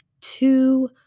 two